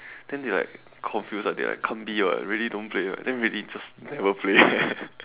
then they like confused like they can't be [what] really don't play then really just never play